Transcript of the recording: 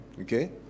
okay